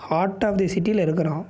hot of the சிட்டியில் இருக்கிறோம்